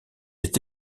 est